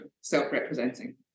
self-representing